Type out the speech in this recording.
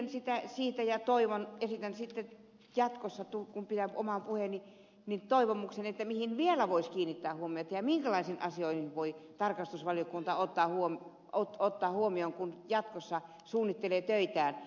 kiitän siitä ja esitän sitten jatkossa kun pidän oman puheeni toivomuksen mihin vielä voisi kiinnittää huomiota ja minkälaisia asioita tarkastusvaliokunta voi ottaa huomioon kun jatkossa suunnittelee töitään